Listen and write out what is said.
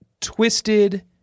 twisted